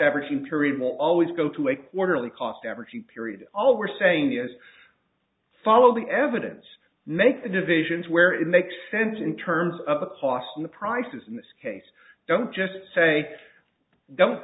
averaging period will always go to a quarterly cost averaging period all we're saying is follow the evidence make the divisions where it makes sense in terms of a cost in the prices in this case don't just say don't